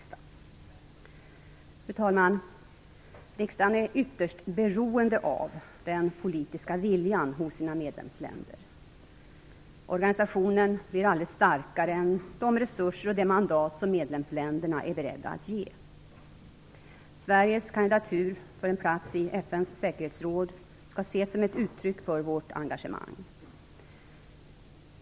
Fru talman! FN är ytterst beroende av den politiska viljan hos medlemsländerna. Organisationen blir aldrig starkare än de resurser och det mandat som medlemsländerna är beredda att ge. Sveriges kandidatur för en plats i FN:s säkerhetsråd skall ses som ett uttryck för vårt engagemang.